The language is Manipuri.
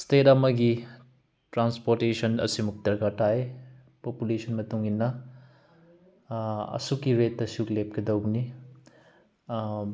ꯏꯁꯇꯦꯠ ꯑꯃꯒꯤ ꯇ꯭ꯔꯥꯟꯁꯄ꯭ꯣꯔꯠꯇꯦꯁꯟ ꯑꯁꯤꯃꯨꯛ ꯗꯔꯀꯥꯔ ꯇꯥꯏ ꯄꯣꯄꯨꯂꯦꯁꯟꯒꯤ ꯃꯇꯨꯡꯏꯟꯅ ꯑꯁꯨꯛꯀꯤ ꯔꯦꯠꯇ ꯑꯁꯨꯛ ꯂꯦꯞꯀꯗꯧꯕꯅꯤ